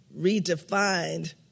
redefined